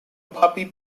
puppy